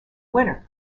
winner